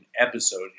episode